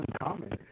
uncommon